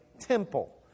Temple